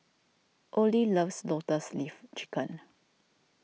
Ollie loves Lotus Leaf Chicken